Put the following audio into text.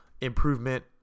improvement